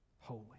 holy